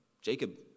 Jacob